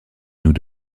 nous